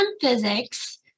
physics